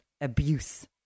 abuse